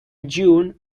june